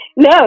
No